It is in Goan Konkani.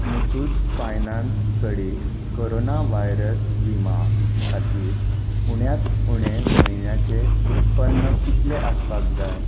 मुथ्थूट फायनान्सा कडेन करोना व्हायरस विम्या खातीर उण्यात उणें म्हयन्याचें उत्पन्न कितलें आसपाक जाय